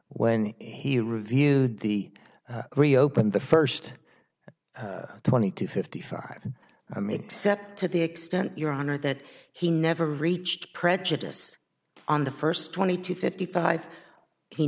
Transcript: when he reviewed the reopen the first twenty to fifty five i mean except to the extent your honor that he never reached prejudice on the first twenty two fifty five he